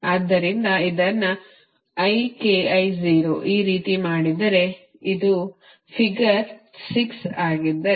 ಆದ್ದರಿಂದ ಇದನ್ನು ಈ ರೀತಿ ಮಾಡಿದರೆ ಮತ್ತು ಇದು ಫಿಗರ್ 6 ಆಗಿದ್ದರೆ